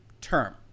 term